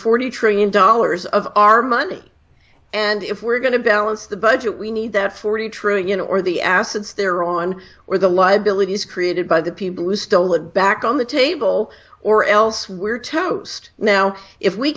forty trillion dollars of our money and if we're going to balance the budget we need that forty trillion or the assets there on where the liabilities created by the people who stole it back on the table or else we're toast now if we